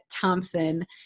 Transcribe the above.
Thompson